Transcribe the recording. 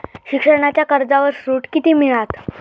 शिक्षणाच्या कर्जावर सूट किती मिळात?